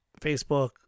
Facebook